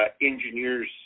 engineer's